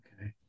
Okay